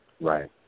Right